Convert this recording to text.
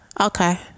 Okay